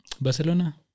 Barcelona